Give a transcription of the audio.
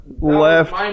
left